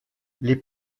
les